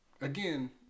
again